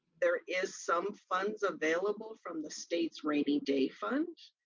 there is some funds available from the state's rainy day fund.